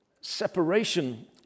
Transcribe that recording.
Separation